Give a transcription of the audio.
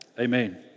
Amen